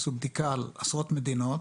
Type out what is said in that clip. עשו בדיקה על עשרות מדינות